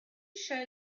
show